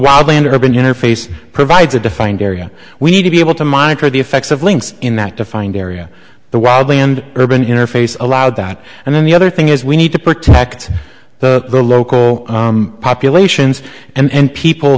wild land urban interface provides a defined area we need to be able to monitor the effects of links in that defined area the wild land urban interface allowed that and then the other thing is we need to protect the local populations and people